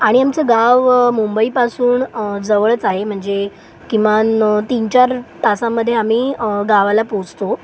आणि आमचं गाव मुंबईपासून जवळच आहे म्हणजे किमान तीन चार तासामध्ये आम्ही गावाला पोहोचतो